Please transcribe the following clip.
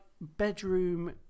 bedroom